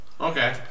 Okay